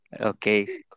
Okay